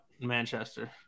Manchester